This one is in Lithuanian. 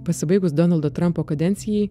pasibaigus donaldo trumpo kadencijai